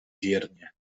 wiernie